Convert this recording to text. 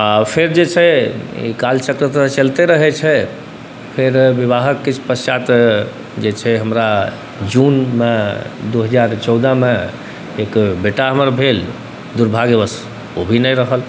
आओर फेर जे छै कालचक्र तऽ चलिते रहै छै फेर विवाहक किछु पश्चात जे छै हमरा जूनमे दुइ हजार चौदहमे एक बेटा हमर भेल दुर्भाग्यवश ओ भी नहि रहल